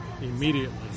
immediately